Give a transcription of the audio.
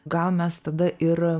gal mes tada ir